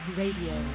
radio